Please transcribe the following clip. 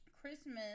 Christmas